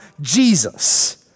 Jesus